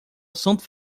assunto